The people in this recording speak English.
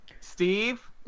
Steve